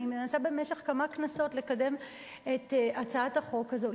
אני מנסה במשך כמה כנסות לקדם את הצעת החוק הזאת,